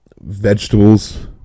vegetables